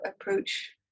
approach